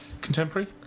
Contemporary